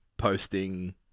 Posting